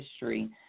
history